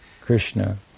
Krishna